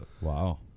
Wow